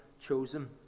chosen